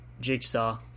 jigsaw